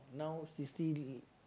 now she still